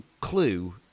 Clue